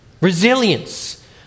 resilience